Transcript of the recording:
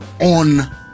on